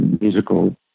musical